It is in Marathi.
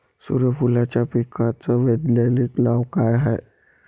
सुर्यफूलाच्या पिकाचं वैज्ञानिक नाव काय हाये?